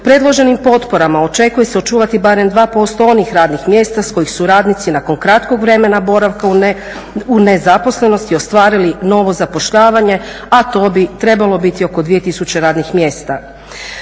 Predloženim potporama očekuje se očuvati barem 2% onih radnih mjesta s kojih su radnici nakon kratkog vremena boravka u nezaposlenosti ostvarili novo zapošljavanje, a to bi trebalo biti oko 2000 radnih mjesta.